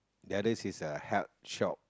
the others is a health shop